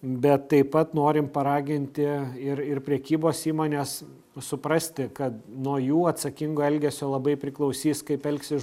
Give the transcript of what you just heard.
bet taip pat norim paraginti ir ir prekybos įmones suprasti kad nuo jų atsakingo elgesio labai priklausys kaip elgsis